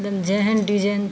जेहन डिजाइन